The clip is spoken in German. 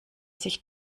sich